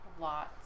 lots